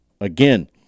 again